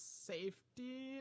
safety